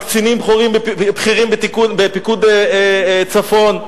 קצינים בכירים בפיקוד צפון: